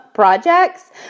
Projects